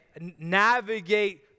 navigate